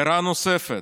הערה נוספת,